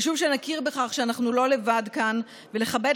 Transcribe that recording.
חשוב שנכיר בכך שאנחנו לא לבד כאן ונכבד